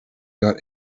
got